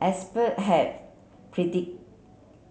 expert have predict